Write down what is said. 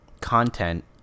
content